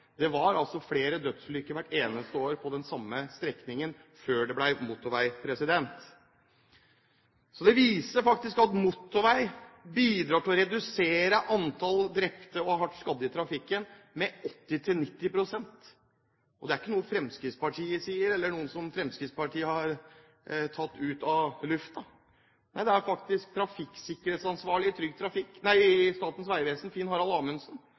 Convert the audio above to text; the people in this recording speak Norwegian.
Det var flere dødsulykker hvert eneste år på den samme strekningen før det ble motorvei. Dette viser faktisk at motorvei bidrar til å redusere antallet drepte og hardt skadde i trafikken med 80–90 pst. Og det er ikke noe Fremskrittspartiet sier, eller noe som Fremskrittspartiet har tatt ut av lufta. Nei, det var det faktisk trafikksikkerhetsansvarlig i Statens vegvesen, Finn Harald Amundsen,